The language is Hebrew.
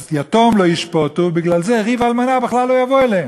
אז "יתום לא ישפטו" ובגלל זה "ריב אלמנה" בכלל "לא יבוא אליהם".